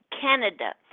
canada